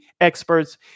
experts